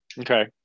Okay